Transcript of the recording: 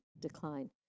decline